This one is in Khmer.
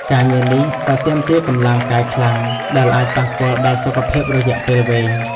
ការងារនេះក៏ទាមទារកម្លាំងកាយខ្លាំងដែលអាចប៉ះពាល់ដល់សុខភាពរយៈពេលវែង។